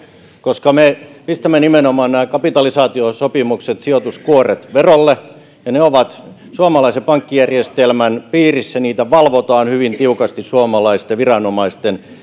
koska me pistämme nimenomaan nämä kapitalisaatiosopimukset sijoituskuoret verolle ja ne ovat suomalaisen pankkijärjestelmän piirissä niitä valvotaan hyvin tiukasti suomalaisten